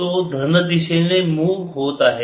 तो धन दिशेने मुव होत आहे